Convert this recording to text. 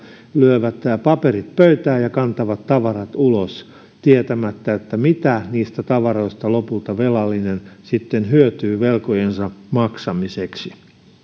lyövät paperit pöytään ja kantavat tavarat ulos tietämättä mitä niistä tavaroista lopulta velallinen sitten hyötyy velkojensa maksamiseksi